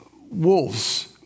Wolves